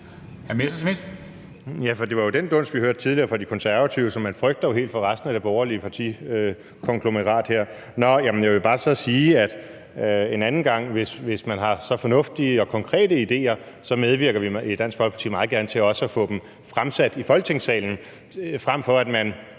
det var jo det, vi hørte tidligere fra De Konservative, så man frygter jo helt for resten af det borgerlige partikonglomerat her. Nå, men jeg vil så bare sige, at hvis man en anden gang har så fornuftige og konkrete ideer, medvirker vi i Dansk Folkeparti meget gerne til også at få dem fremsat i Folketingssalen, fremfor at man,